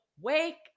wake